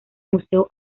museo